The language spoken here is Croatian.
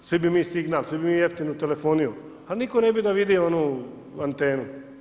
Svi bi mi signal, svi bi mi jeftinu telefoniju, ali nitko ne bi da vidi onu antenu.